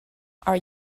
are